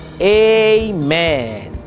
Amen